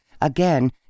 again